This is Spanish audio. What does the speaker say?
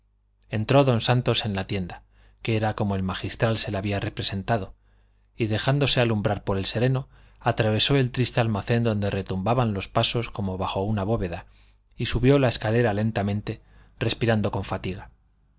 entró don santos en la tienda que era como el magistral se la había representado y dejándose alumbrar por el sereno atravesó el triste almacén donde retumbaban los pasos como bajo una bóveda y subió la escalera lentamente respirando con fatiga